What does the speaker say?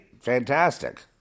fantastic